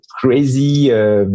crazy